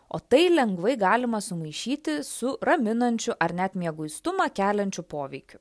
o tai lengvai galima sumaišyti su raminančiu ar net mieguistumą keliančiu poveikiu